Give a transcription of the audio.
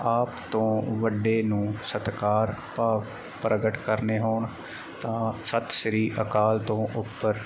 ਆਪ ਤੋਂ ਵੱਡੇ ਨੂੰ ਸਤਿਕਾਰ ਭਾਵ ਪ੍ਰਗਟ ਕਰਨੇ ਹੋਣ ਤਾਂ ਸਤਿ ਸ੍ਰੀ ਅਕਾਲ ਤੋਂ ਉੱਪਰ